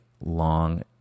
long